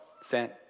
sent